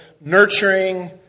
nurturing